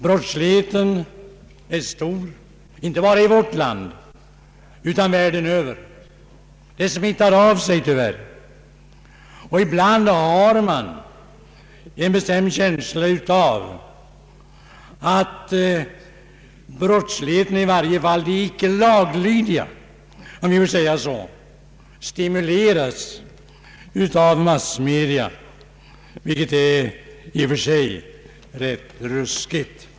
Brottsligheten är stor inte bara i vårt land utan runt om i världen. Det smittar tyvärr av sig, och ibland har man en bestämd känsla av att brottsligheten, i varje fall de icke laglydiga — om jag så får säga — stimuleras av massmedia, vilket i och för sig är rätt ruskigt.